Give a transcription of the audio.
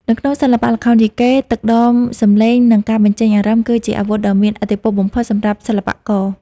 នៅក្នុងសិល្បៈល្ខោនយីកេ ទឹកដមសំឡេង និងការបញ្ចេញអារម្មណ៍ គឺជាអាវុធដ៏មានឥទ្ធិពលបំផុតសម្រាប់សិល្បករ។